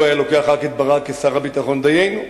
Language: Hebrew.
אילו היה לוקח רק את ברק כשר הביטחון, דיינו.